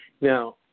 Now